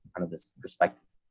kind of this perspective.